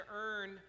earn